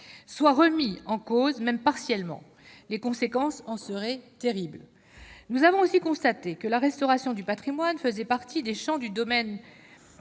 soit remis en cause, même partiellement. Les conséquences en seraient terribles. Nous avons aussi constaté que la restauration du patrimoine fait partie des domaines